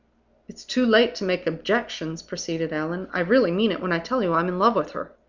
it's too late to make objections, proceeded allan. i really mean it when i tell you i'm in love with her.